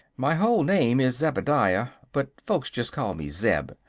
my whole name is zebediah but folks just call me zeb.